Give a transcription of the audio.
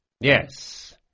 yes